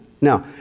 Now